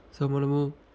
so మనము